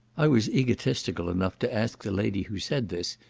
i was egotistical enough to ask the lady who said this,